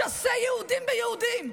משסה יהודים ביהודים.